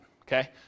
okay